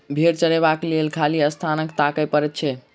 भेंड़ चरयबाक लेल खाली स्थान ताकय पड़ैत छै